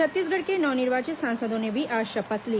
छत्तीसगढ़ के नव निर्वाचित सांसदों ने भी आज शपथ ली